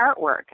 artwork